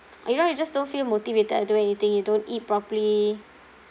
you know you just don't feel motivated to do anything you don't eat properly